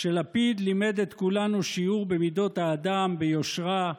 שלפיד לימד את כולנו שיעור במידות האדם, ביושרה,